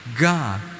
God